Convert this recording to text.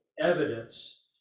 evidence